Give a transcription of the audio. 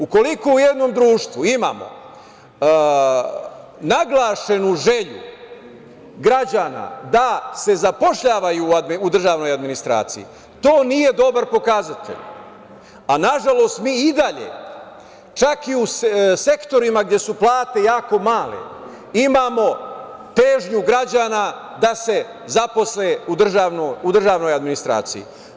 Ukoliko u jednom društvu imamo naglašenu želju građana da se zapošljavaju u državnoj administraciji, to nije dobar pokazatelj, a nažalost mi i dalje, čak i u sektorima gde su plate jako male, imamo težnju građana da se zaposle u državnoj administraciji.